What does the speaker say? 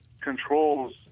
controls